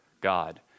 God